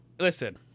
Listen